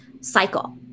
cycle